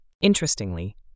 Interestingly